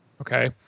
okay